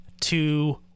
two